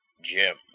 Jim